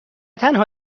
تنها